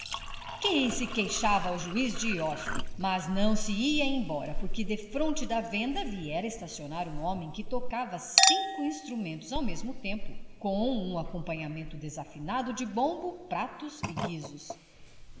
que se queixava ao juiz de orfe mas não se ia embora porque defronte da venda viera estacionar um homem que tocava cinco instrumentos ao mesmo tempo com um acompanhamento desafinado de bombo pratos e guizos